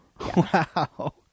Wow